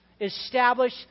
establish